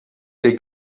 der